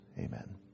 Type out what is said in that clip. Amen